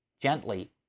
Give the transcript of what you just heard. gently